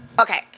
okay